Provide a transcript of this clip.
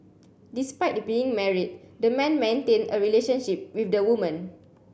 despite being married the man maintained a relationship with the woman